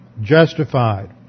justified